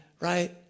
right